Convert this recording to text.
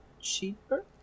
cheaper